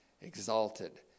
exalted